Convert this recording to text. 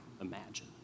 imagine